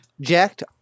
jacked